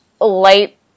light